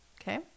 Okay